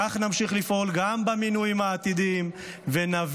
כך נמשיך לפעול גם במינויים העתידיים ונביא